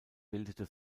bildete